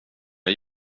jag